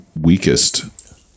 weakest